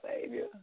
savior